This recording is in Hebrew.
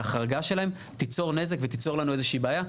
החריגה שלהם תיצור נזק ותיצור לנו איזה שהיא בעיה.